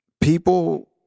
people